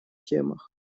темах